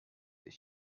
that